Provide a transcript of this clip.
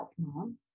mom